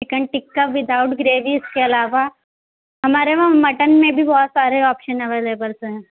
chicken tikka without gravy اس کے علاوہ ہمارے وہاں مٹن میں بھی بہت سارے آپشن اویلیبلس ہیں